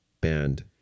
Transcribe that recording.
band